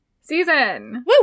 season